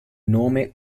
nome